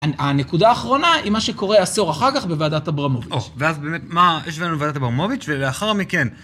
הנקודה האחרונה היא מה שקורה עשור אחר כך בוועדת אברמוביץ'. ואז באמת, מה יש לנו בוועדת אברמוביץ' ולאחר מכן